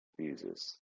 Jesus